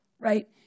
right